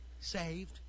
saved